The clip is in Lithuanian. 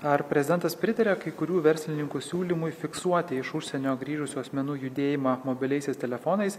ar prezidentas pritaria kai kurių verslininkų siūlymui fiksuoti iš užsienio grįžusių asmenų judėjimą mobiliaisiais telefonais